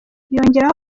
yongeraho